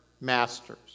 masters